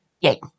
Yay